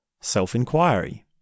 self-inquiry